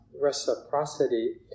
reciprocity